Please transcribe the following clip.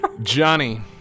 Johnny